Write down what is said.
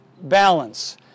balance